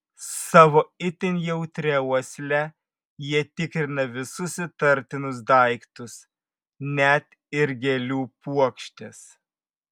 savo itin jautria uosle jie tikrina visus įtartinus daiktus net ir gėlių puokštes